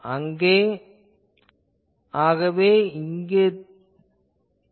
ஆகவே தீர்வு இங்கு பெறப்பட்டது